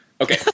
Okay